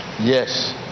Yes